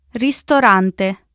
ristorante